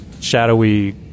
shadowy